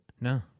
No